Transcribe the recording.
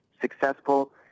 successful